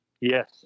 Yes